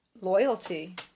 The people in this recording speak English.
Loyalty